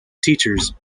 teachers